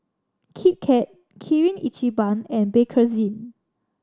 Kit Kat Kirin Ichiban and Bakerzin